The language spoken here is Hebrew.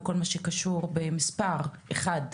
בכל מה שקשור במספר אחד,